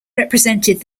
represented